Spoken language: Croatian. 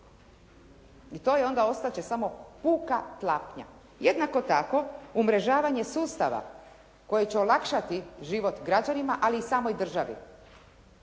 i to je ona ostati će samo puka tlapnja. Jednako tako umrežavanje sustava koji će olakšati život građanima, ali i samoj državi.